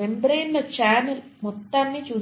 మెంబ్రేన్ల channel మొత్తాన్ని చూస్తారు